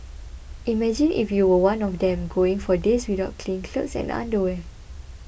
imagine if you were one of them going for days without clean clothes and underwear